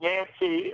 Nancy